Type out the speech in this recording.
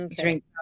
drink